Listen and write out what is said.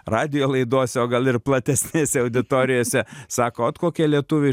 radijo laidose o gal ir platesnėse auditorijose sako ot kokie lietuviai